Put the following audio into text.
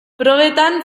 probetan